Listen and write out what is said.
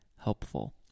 helpful